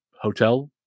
Hotel